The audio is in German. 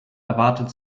erwartet